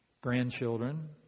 grandchildren